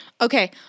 Okay